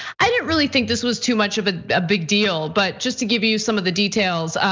i didn't really think this was too much of a big deal. but just to give you you some of the details.